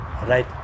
Right